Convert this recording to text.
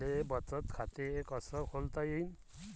मले बचत खाते कसं खोलता येईन?